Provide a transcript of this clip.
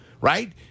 right